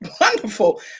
wonderful